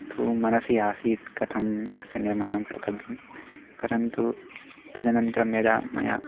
तु मनसि आसीत् कथम् अस्य निर्माणं कर्तव्यं परन्तु तदनन्तरं यदा मया